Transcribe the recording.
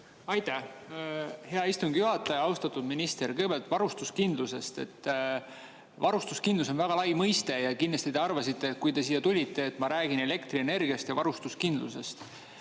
Aitäh, hea istungi juhataja! Austatud minister! Kõigepealt varustuskindlusest. Varustuskindlus on väga lai mõiste ja kindlasti te arvasite siia tulles, et ma räägin elektrienergiast ja varustuskindlusest.